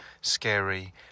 scary